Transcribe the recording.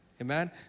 Amen